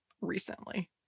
recently